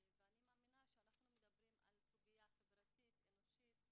ואני מאמינה שאנחנו מדברים על סוגיה חברתית אנושית,